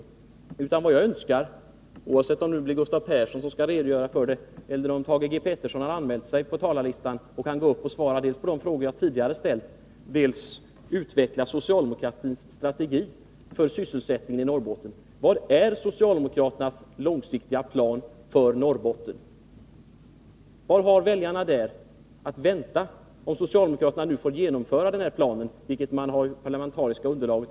Det jag önskar är att få svar på de frågor jag tidigare ställde om bl.a. socialdemokratins strategi för sysselsättningen i Norrbotten. Oavsett om det blir Gustav Persson som skall redogöra för detta eller om möjligen Thage G. Peterson har anmält sig till talarlistan för att svara vill jag fråga: Vilken är socialdemokraternas långsiktiga plan för Norrbotten? Vad har väljarna där att vänta om socialdemokraterna nu får genomföra den här planen, för vilken de ju har det parlamentariska underlaget?